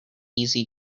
easy